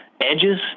Edges